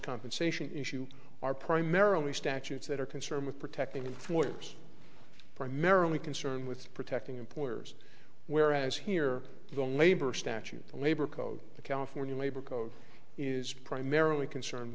compensation issue are primarily statutes that are concerned with protecting him for years primarily concerned with protecting employers whereas here the labor statute the labor code the california labor code is primarily concerned